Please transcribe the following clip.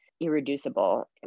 Irreducible